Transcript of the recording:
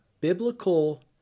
biblical